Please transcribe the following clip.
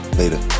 later